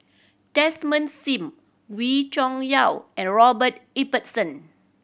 Desmond Sim Wee Cho Yaw and Robert Ibbetson